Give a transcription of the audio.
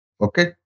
Okay